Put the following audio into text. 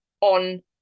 on